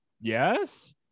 Yes